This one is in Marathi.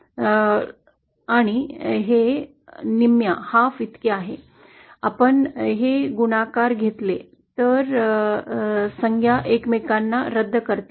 आणि हे निम्म्या इतके आहे आपण हे गुणाकार घेतले तर संज्ञा एकमेकांना रद्द करतील